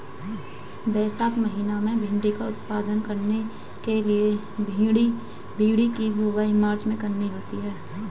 वैशाख महीना में भिण्डी का उत्पादन करने के लिए भिंडी की बुवाई मार्च में करनी होती है